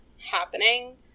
happening